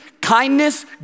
kindness